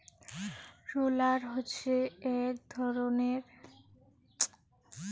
roller হসে এক রকমের যন্ত্র জেতাতে চাষের মাটিকে ঠিকভাবে সমান বানানো হই